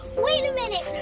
wait a minute.